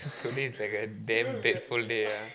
today is like a damn dreadful day ah